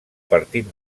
partit